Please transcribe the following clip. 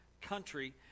country